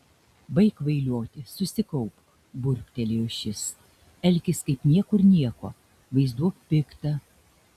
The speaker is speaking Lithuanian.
baik kvailioti susikaupk burbtelėjo šis elkis kaip niekur nieko vaizduok piktą